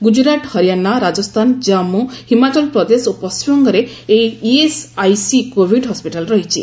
ଗୁଜରାଟ ହରିଆଣା ରାଜସ୍ଥାନ ଜାନ୍ପୁ ଓ ହିମାଚଳପ୍ରଦେଶ ଓ ପଣ୍ଟିମବଙ୍ଗରେ ଏହି ଇଏସ୍ଆଇସି କୋଭିଡ୍ ହସପିଟାଲ୍ ରହିଛି